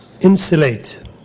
insulate